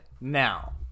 now